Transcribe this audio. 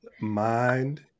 mind